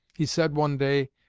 he said one day,